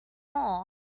more